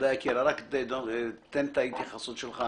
אנחנו מציעים שתי אופציות.